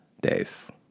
days